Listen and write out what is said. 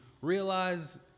realize